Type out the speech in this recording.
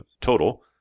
total